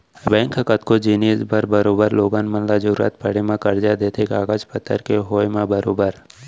bank ह कतको जिनिस बर बरोबर लोगन मन ल जरुरत पड़े म करजा देथे कागज पतर के होय म बरोबर